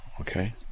okay